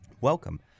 Welcome